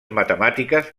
matemàtiques